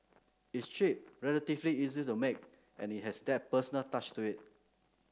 it's cheap relatively easy to make and it has that personal touch to it